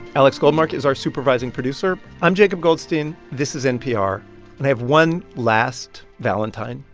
alex goldmark is our supervising producer. i'm jacob goldstein. this is npr. and i have one last valentine.